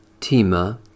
Tima